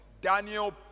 Daniel